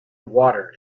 water